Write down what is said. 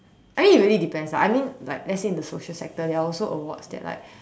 I mean it really depends lah I mean like let's say in the social sector there are also awards that like